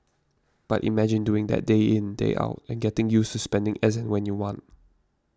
but imagine doing that day in day out and getting used to spending as and when you want